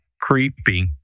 creepy